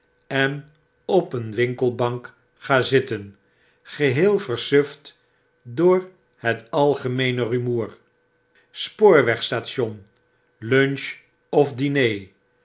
en op een winkelbank ga zitten geheel versuft door het algemeene rumoer spoorwegstation lunch of dine